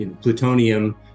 plutonium